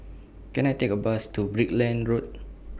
Can I Take A Bus to Brickland Road